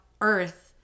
Earth